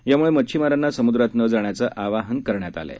त्याम्ळं मच्छिमारांना सम्द्रात न जाण्याचं आवाहन करण्यात आलं आहे